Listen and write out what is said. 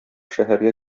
шәһәргә